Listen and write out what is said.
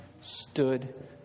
stood